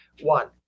One